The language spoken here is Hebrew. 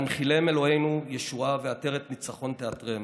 והנחילם אלוהינו ישועה, ועטרת ניצחון תעטרם.